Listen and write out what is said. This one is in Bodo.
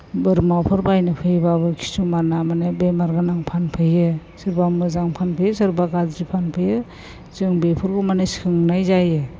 बोरमाफोर बायनो फैयोब्लाबो किसुमाना माने बेमारगोनां फानफैयो सोरबा मोजां फानफैयो सोरबा गाज्रि फानफैयो जों बेफोरखौ माने सोंनाय जायो